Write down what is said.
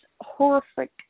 horrific